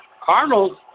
Cardinals